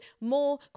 more